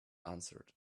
answered